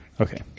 Okay